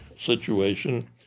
situation